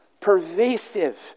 pervasive